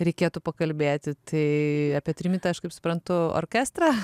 reikėtų pakalbėti tai apie trimitą aš kaip suprantu orkestrą